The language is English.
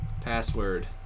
password